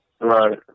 Right